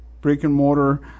brick-and-mortar